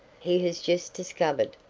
he has just discovered,